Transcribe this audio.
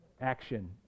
action